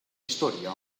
historia